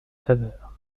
faveur